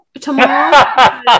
tomorrow